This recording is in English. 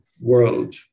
world